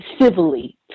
civilly